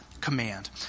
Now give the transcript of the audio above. command